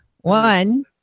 One